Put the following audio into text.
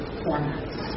formats